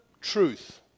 truth